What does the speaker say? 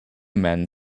men